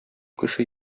кеше